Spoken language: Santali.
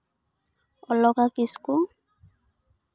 ᱚᱞᱚᱠᱟ ᱠᱤᱥᱠᱩ